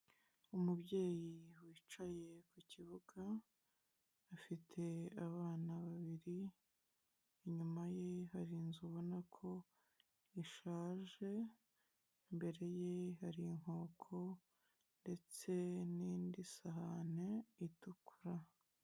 Umubyeyi wicaye ku kibuga, afite abana babiri, inyuma ye hari inzu ubona ko ishaje, imbere ye hari inkoko ndetse n'indi sahani itukura.